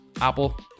Apple